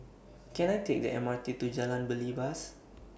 Can I Take The M R T to Jalan Belibas